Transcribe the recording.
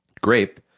grape